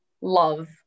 love